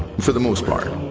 for the most part.